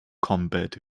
combat